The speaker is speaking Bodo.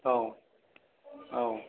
औ औ